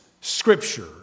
scripture